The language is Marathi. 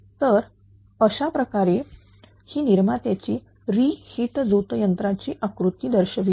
तर अशाप्रकारे ही निर्मात्याची री हिट झोतयंत्राची आकृती दर्शविली